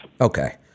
Okay